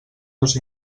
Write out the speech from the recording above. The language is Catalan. dos